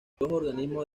organismos